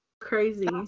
Crazy